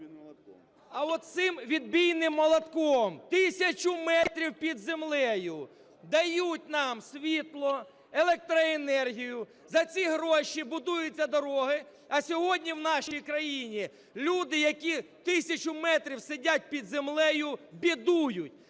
А оцим відбійним молотком тисячу метрів під землею дають нам світло, електроенергію, за ці гроші будуються дороги, а сьогодні в нашій країні люди, які тисячу метрів сидять під землею, бідують.